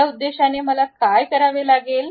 त्या उद्देशाने मला काय करावे लागेल